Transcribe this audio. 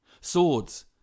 swords